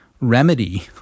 remedy